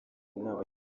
inama